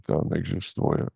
ten egzistuoja